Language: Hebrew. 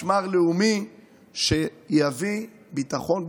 משמר לאומי שיביא ביטחון,